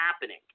happening